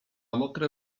mokre